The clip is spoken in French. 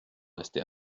restés